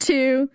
Two